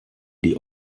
die